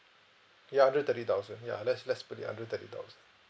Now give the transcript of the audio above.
ya hundred and thirty thousand ya let's let's put it a hundred and thirty thousand